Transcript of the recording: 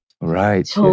Right